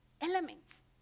elements